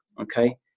Okay